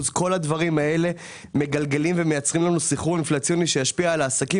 כל הדברים האלה מגלגלים ומייצרים לנו סחרור אינפלציוני שישפיע על העסקים